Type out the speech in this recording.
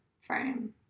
frame